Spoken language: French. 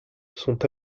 sont